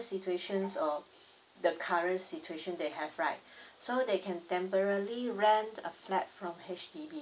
situations or the current situation they have right so they can temporarily rent a flat from H_D_B